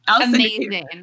Amazing